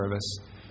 service